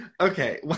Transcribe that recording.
Okay